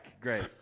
Great